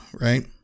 right